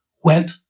went